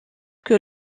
que